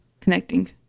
connecting